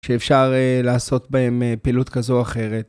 שאפשר לעשות בהם פעילות כזו או אחרת.